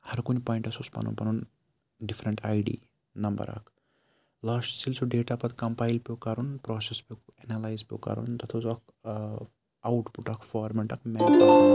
ہرکُنہِ پویِنٛٹَس اوس پَنُن پَنُن ڈِفرَنٛٹ آی ڈی نمبر اَکھ لاسٹَس ییٚلہِ سُہ ڈیٹا پَتہٕ کَمپایِل پیوٚ کَرُن پرٛاسٮ۪س پیوٚو اٮ۪نَلایز پیوٚو کَرُن تَتھ اوس اَکھ آوُٹ پُٹ اَکھ فارمیٹ اَکھ